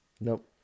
Nope